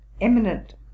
eminent